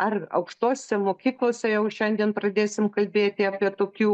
ar aukštosiose mokyklose jau šiandien pradėsim kalbėti apie tokių